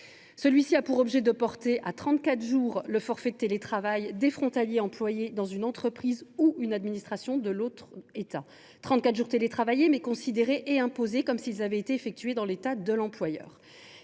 Celui ci a pour objet de porter à trente quatre jours le forfait de télétravail des frontaliers employés dans une entreprise ou une administration de l’autre État : trente quatre jours télétravaillés, mais considérés et imposés comme s’ils avaient été effectués dans l’État de l’employeur.